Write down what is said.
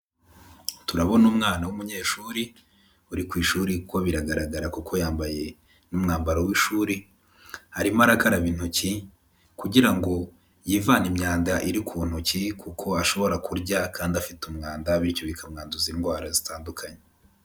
Turabona umwana w'umunyeshuri, uri ku ishuri kuko biragaragara kuko yambaye n'umwambaro w'ishuri, arimo arakaraba intoki kugira ngo yivane imyanda iri ku ntoki, kuko ashobora kurya kandi afite umwanda bityo bikamwanduza indwara zitandukanye.